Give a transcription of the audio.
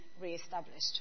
re-established